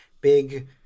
big